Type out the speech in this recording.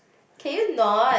can you not